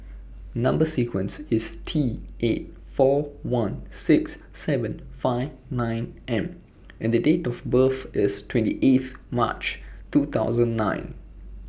Number sequence IS T eight four one six seven five nine M and Date of birth IS twenty eighth March two thousand nine